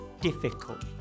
difficult